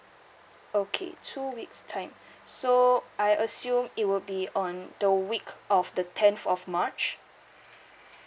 okay two weeks time so I assume it would be on the week of the tenth of march